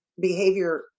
behavior